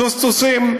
טוסטוסים,